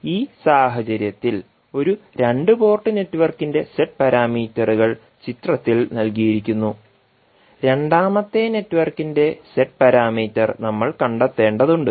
ഇപ്പോൾ ഈ സാഹചര്യത്തിൽ ഒരു രണ്ട് പോർട്ട് നെറ്റ്വർക്കിന്റെ ഇസെഡ് പാരാമീറ്ററുകൾ ചിത്രത്തിൽ നൽകിയിരിക്കുന്നു രണ്ടാമത്തെ നെറ്റ്വർക്കിന്റെ ഇസെഡ് പാരാമീറ്റർ നമ്മൾ കണ്ടെത്തേണ്ടതുണ്ട്